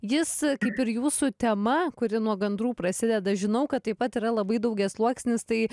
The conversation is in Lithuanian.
jis kaip ir jūsų tema kuri nuo gandrų prasideda žinau kad taip pat yra labai daugiasluoksnis tai